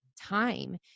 time